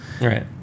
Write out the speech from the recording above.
Right